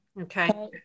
Okay